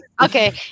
okay